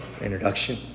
introduction